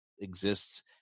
exists